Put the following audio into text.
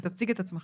תציג את עצמך.